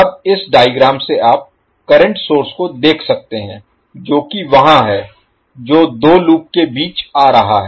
अब इस डायग्राम से आप करंट सोर्स को देख सकते हैं जो कि वहां है जो दो लूप के बीच आ रहा है